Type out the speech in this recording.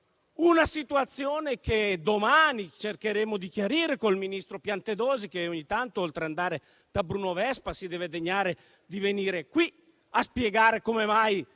una situazione che domani cercheremo di chiarire con il ministro Piantedosi - che ogni tanto, oltre ad andare da Bruno Vespa, si deve degnare di venire qui a spiegare come mai